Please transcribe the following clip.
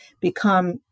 become